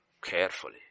carefully